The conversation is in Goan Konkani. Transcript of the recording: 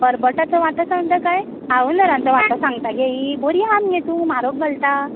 करबटाचो वांटो सांगता कांय काळूंदरांचो वाटो सांगता गे ही बरीं हा मगे तूं म्हारग घालता